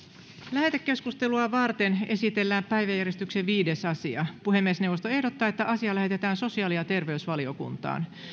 lähetekeskustelua varten esitellään päiväjärjestyksen viides asia puhemiesneuvosto ehdottaa että asia lähetetään sosiaali ja terveysvaliokuntaan